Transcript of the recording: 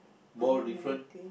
ball different